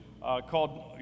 called